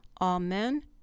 Amen